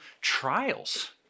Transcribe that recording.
trials